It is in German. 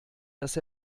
dass